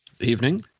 Evening